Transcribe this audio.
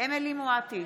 אמילי חיה מואטי,